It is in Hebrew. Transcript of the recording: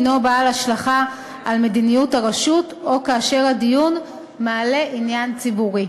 בעל השלכה על מדיניות הרשות או כאשר הדיון מעלה עניין ציבורי.